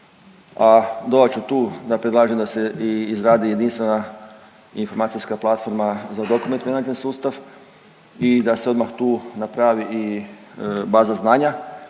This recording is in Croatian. a dodat ću tu da predlažem da se i izradi jedinstvena informacijska platforma za Document Management Sustav i da se odmah tu napravi i baza znanja